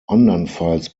andernfalls